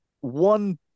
one